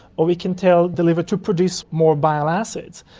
or we can tell the liver to produce more bile acids.